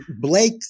Blake